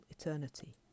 eternity